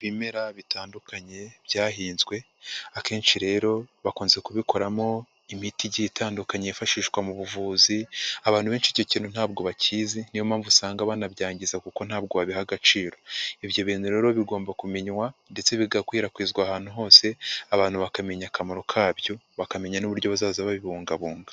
Ibimera bitandukanye byahinzwe, akenshi rero bakunze kubikoramo imiti igiye itandukanye yifashishwa mu buvuzi, abantu benshi icyo kintu ntabwo bakizi, ni yo mpamvu usanga banabyangiza kuko ntabwo babiha agaciro. Ibyo bintu rero bigomba kumenywa ndetse bigakwirakwizwa ahantu hose, abantu bakamenya akamaro kabyo, bakamenya n'uburyo bazaza babibungabunga.